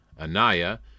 Anaya